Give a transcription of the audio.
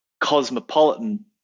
cosmopolitan